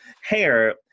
hair